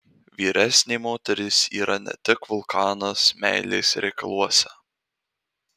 vyresnė moteris yra ne tik vulkanas meilės reikaluose